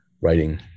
writing